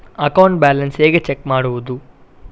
Account balance ಹೇಗೆ check ಮಾಡುವುದು?